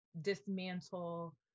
dismantle